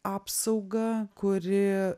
apsaugą kuri